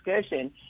discussion